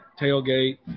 tailgate